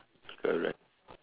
correct